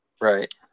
Right